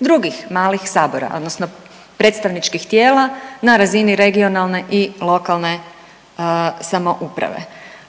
drugih malih Sabora, odnosno predstavničkih tijela na razini regionalne i lokalne samouprave.